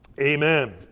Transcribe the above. amen